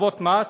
הטבות מס.